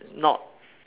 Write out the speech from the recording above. not